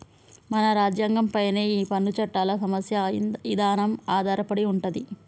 మన రాజ్యంగం పైనే ఈ పన్ను చట్టాల సమస్య ఇదానం ఆధారపడి ఉంటది